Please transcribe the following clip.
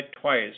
twice